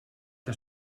que